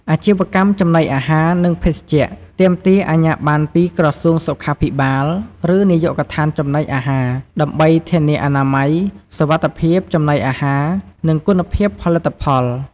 អាជីវកម្មចំណីអាហារ និងភេសជ្ជៈ ទាមទារអាជ្ញាប័ណ្ណពីក្រសួងសុខាភិបាល ឬនាយកដ្ឋានចំណីអាហារ ដើម្បីធានាអនាម័យ សុវត្ថិភាពចំណីអាហារ និងគុណភាពផលិតផល។